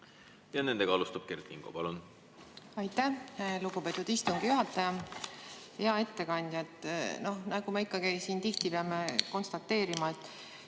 Ja nendega alustab Kert Kingo. Palun! Aitäh, lugupeetud istungi juhataja! Hea ettekandja! Nagu me ikkagi siin tihti peame konstateerima,